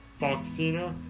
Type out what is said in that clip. Foxina